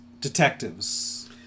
detectives